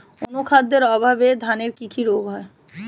অনুখাদ্যের অভাবে ধানের কি কি রোগ হয়?